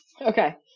Okay